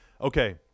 okay